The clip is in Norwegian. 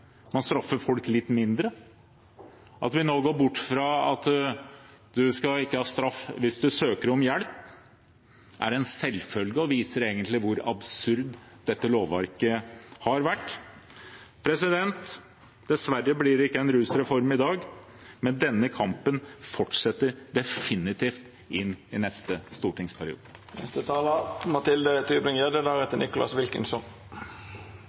vi nå går inn for at du ikke skal ha straff hvis du søker om hjelp, er en selvfølge og viser hvor absurd dette lovverket egentlig har vært. Dessverre blir det ikke noen rusreform i dag, men denne kampen fortsetter definitivt inn i neste